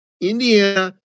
Indiana